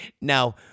Now